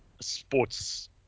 sports